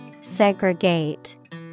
Segregate